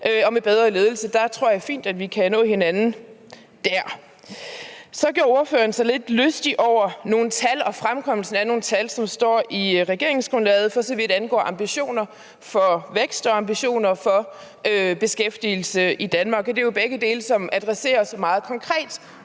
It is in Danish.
og med bedre ledelse. Der tror jeg fint vi kan nå hinanden. Så gjorde ordføreren sig lidt lystig over nogle tal og fremkomsten af nogle tal, som står i regeringsgrundlaget, for så vidt angår ambitioner for vækst og ambitioner for beskæftigelse i Danmark. Begge dele adresseres meget konkret